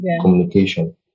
communication